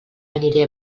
aniré